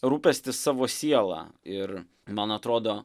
rūpestis savo siela ir man atrodo